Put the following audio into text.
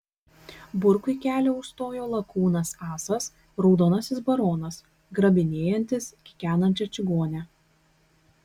burkui kelią užstojo lakūnas asas raudonasis baronas grabinėjantis kikenančią čigonę